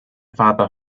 father